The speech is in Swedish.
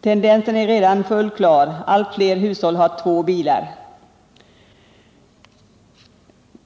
Tendensen är redan fullt klar: allt fler hushåll har två bilar.